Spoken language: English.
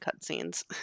cutscenes